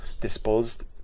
disposed